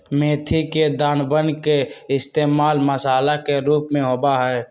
मेथी के दानवन के इश्तेमाल मसाला के रूप में होबा हई